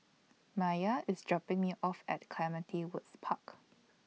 Maiya IS dropping Me off At Clementi Woods Park